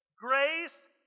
grace